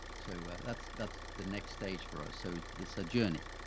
so that's that's the next stage for us. so it's a journey.